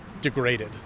degraded